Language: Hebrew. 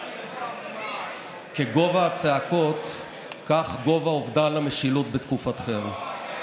כגובה הצעקות כך גובה אובדן המשילות בתקופתכם.